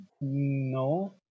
No